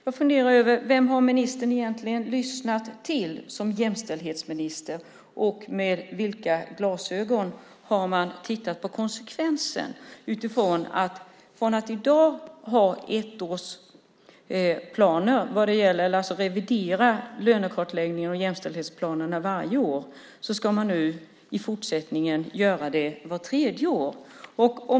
Jag undrar vem ministern som jämställdhetsminister egentligen har lyssnat på och med vilka glasögon man har tittat på konsekvenserna utifrån att man i dag har ettårsplaner vad gäller att varje år revidera lönekartläggningen och jämställdhetsplanerna och att man i fortsättningen ska göra det vart tredje år.